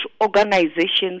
organizations